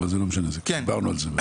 אבל זה לא משנה, דיברנו על זה.